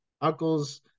uncles